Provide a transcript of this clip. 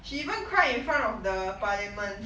she even cry in front of the parliament